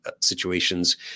situations